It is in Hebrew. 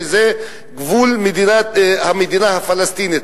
שזה גבול המדינה הפלסטינית,